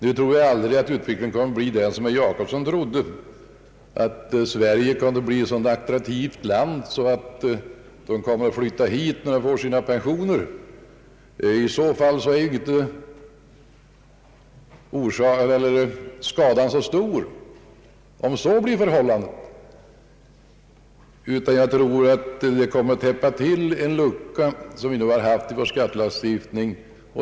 Nu tror jag aldrig att utvecklingen blir den som herr Jacobson trodde, nämligen att Sverige skulle bli ett så attraktivt land för utländska försäkringstagare att de skulle flytta hit när de får sina pensioner. I så fall blir skadan för övrigt inte så stor. De nya bestämmelserna kommer att täppa till en lucka i vår skattelagstiftning.